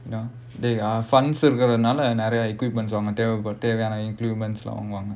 you know funds இருக்குதனால நிறைய:irukkuthanaala niraiya equipment அங்க தேவைப்படுது:anga thevaipaduthu